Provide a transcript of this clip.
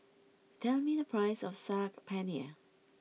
tell me the price of Saag Paneer